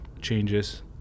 changes